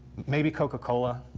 maybe coca cola.